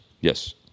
yes